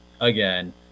again